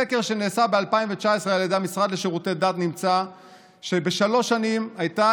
בסקר שנעשה ב-2019 על ידי המשרד לשירותי דת נמצא שבשלוש שנים הייתה